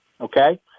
Okay